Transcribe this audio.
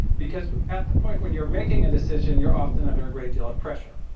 because at the point when you're making a decision you're often under a great deal of pressure.